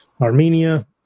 Armenia